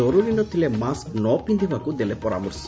ଜରୁରୀ ନ ଥିଲେ ମାସ୍କ ନ ପିକ୍ଷିବାକୁ ଦେଲେ ପରାମର୍ଶ